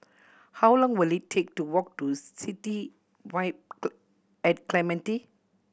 how long will it take to walk to City Vibe at Clementi